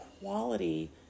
quality